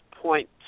point